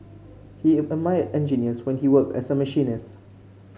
he admired engineers when he worked as a machinist